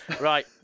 Right